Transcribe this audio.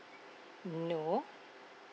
mm no